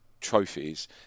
Trophies